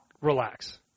relax